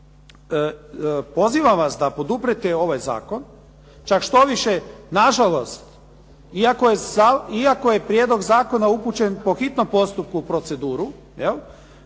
pozivam vas da poduprijete ovaj zakon, čak štoviše, nažalost iako je prijedlog zakona upućen po hitnom postupku u proceduru, je